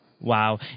wow